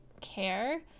care